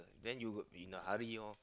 then you would be in a hurry all